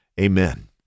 Amen